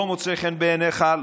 לא מוצא חן בעיניך?